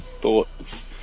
thoughts